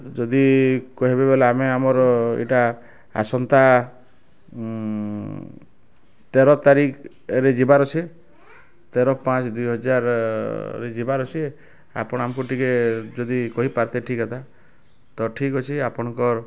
ଯଦି କହିବେ ବୋଲେ ଆମେ ଆମର୍ ଏଇଟା ଆସନ୍ତା ତେର ତାରିଖ୍ ରେ ଯିବାର୍ ଅଛି ତେର ପାଞ୍ଚ୍ ଦୁଇ ହଜାର୍ରେ ଯିବାର୍ ଅଛି ଆପଣ ଆମକୁ ଟିକେ ଯଦି କହିପାରତେ ଠିକ୍ ହେତା ତ ଠିକ୍ ଅଛି ଆପଣଙ୍କର